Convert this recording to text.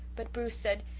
but bruce said,